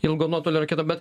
ilgo nuotolio raketom bet